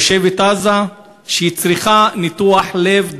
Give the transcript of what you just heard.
תושבת עזה, שצריכה ניתוח לב דחוף.